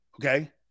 okay